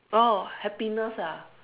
oh happiness ah